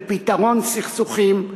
בפתרון סכסוכים,